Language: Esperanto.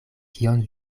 kion